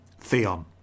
Theon